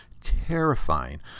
Terrifying